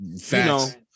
facts